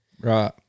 Right